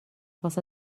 واسه